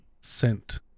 Sent